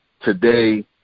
today